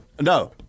No